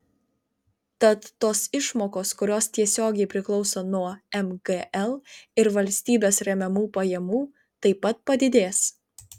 tad tos išmokos kurios tiesiogiai priklauso nuo mgl ir valstybės remiamų pajamų taip pat padidės